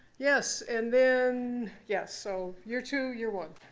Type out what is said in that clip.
yes. and then yeah. so you're two. you're one.